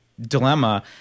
Dilemma